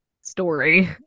story